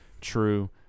true